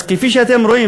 אז כפי שאתם רואים,